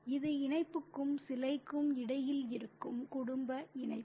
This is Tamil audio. இது இணைப்புக்கும் சிலைக்கும் இடையில் இருக்கும் குடும்ப இணைப்பு